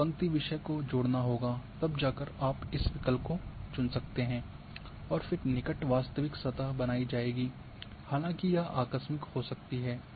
एक पंक्ति विषय को जोड़ना होगा तब जाकर आप इस विकल्प को चुन सकते हैं और फिर निकट वास्तविक सतह बनाई जाएगी हालांकि यह आकस्मिक हो सकती है